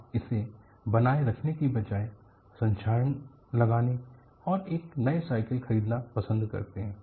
आप इसे बनाए रखने के बजाय संक्षारण लगाने और एक नया साइकिल खरीदना पसंद करते हैं